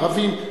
ערבים,